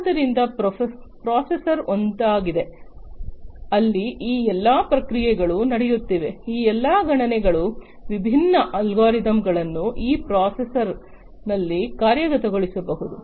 ಆದ್ದರಿಂದ ಪ್ರೊಸೆಸರ್ ಒಂದಾಗಿದೆ ಅಲ್ಲಿ ಈ ಎಲ್ಲಾ ಪ್ರಕ್ರಿಯೆಗಳು ನಡೆಯುತ್ತಿವೆ ಈ ಎಲ್ಲಾ ಗಣನೆಗಳು ವಿಭಿನ್ನ ಅಲ್ಗೊರಿದಮ್ಗಳನ್ನು ಈ ಪ್ರೊಸೆಸರ್ನಲ್ಲಿ ಕಾರ್ಯಗತಗೊಳಿಸಬಹುದು